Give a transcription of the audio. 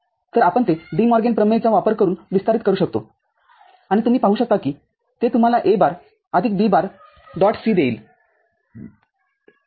तर आपण ते डी मॉर्गन प्रमेयचा De Morgan's theorem वापर करून विस्तारित करू शकतो आणि तुम्ही पाहू शकता किते तुम्हाला A बार आदिक B बार डॉट C देईल